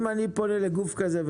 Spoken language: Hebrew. אם אני פונה לגוף כזה,